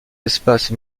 espaces